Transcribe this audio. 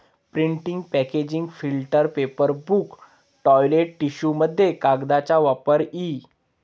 printing packaging filter paper book toilet टिश्यूमध्ये कागदाचा वापर इ